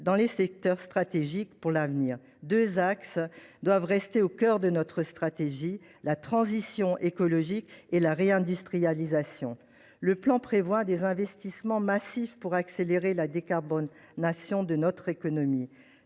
dans des secteurs stratégiques pour l’avenir. Deux axes doivent rester au cœur de notre stratégie : la transition écologique et la réindustrialisation. Le plan prévoit des investissements massifs pour accélérer la décarbonation de notre économie.